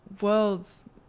worlds